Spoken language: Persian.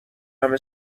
همه